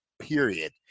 period